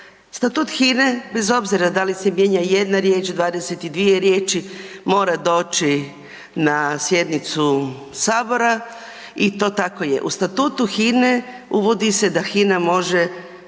Statut HINE bez obzira da li se mijenja jedna riječ, 22 riječi mora doći na sjednicu sabora i to tako je. U Statutu Hine uvodi se da Hina može,